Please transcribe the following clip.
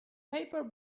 paper